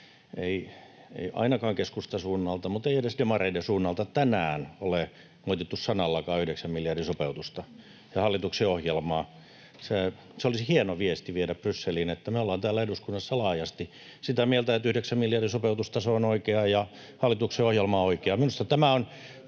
ei ainakaan keskustan suunnalta, mutta ei edes demareiden suunnalta tänään ole moitittu sanallakaan yhdeksän miljardin sopeutusta ja hallituksen ohjelmaa. Se olisi hieno viesti viedä Brysseliin, että me ollaan täällä eduskunnassa laajasti sitä mieltä, että yhdeksän miljardin sopeutustaso on oikea ja hallituksen ohjelma on oikea.